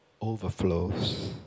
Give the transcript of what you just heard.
overflows